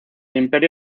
imperio